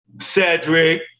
Cedric